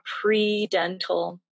pre-dental